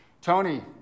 Tony